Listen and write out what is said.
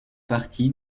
partie